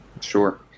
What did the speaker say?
sure